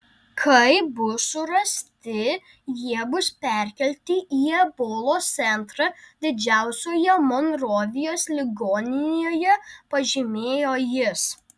kai bus surasti jie bus perkelti į ebolos centrą didžiausioje monrovijos ligoninėje pažymėjo jis